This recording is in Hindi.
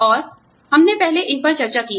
और हमने पहले इन पर चर्चा की है